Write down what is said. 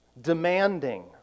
demanding